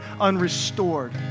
unrestored